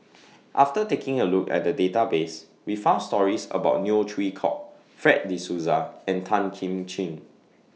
after taking A Look At The Database We found stories about Neo Chwee Kok Fred De Souza and Tan Kim Ching